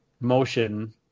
motion